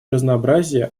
разнообразие